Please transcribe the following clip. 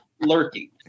lurking